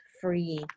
free